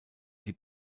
die